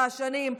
רעשנים,